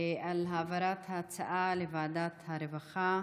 על העברת הנושא לוועדת העבודה והרווחה.